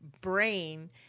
brain